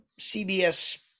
CBS